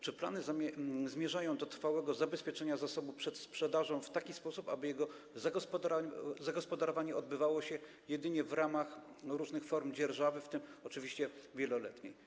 Czy plany zmierzają do trwałego zabezpieczenia zasobu przed sprzedażą w taki sposób, aby jego zagospodarowanie odbywało się jedynie w ramach różnych form dzierżawy, w tym oczywiście wieloletniej?